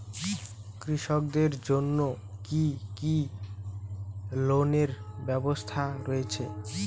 কৃষকদের জন্য কি কি লোনের ব্যবস্থা রয়েছে?